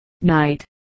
night